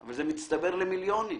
אבל זה מצטבר למיליונים.